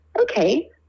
okay